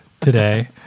today